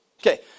Okay